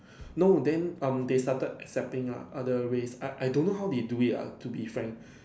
no then um they started accepting lah other race I I don't know how they do it ah to be frank